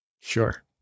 Sure